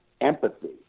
empathy